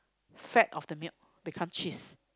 fat of the milk become cheese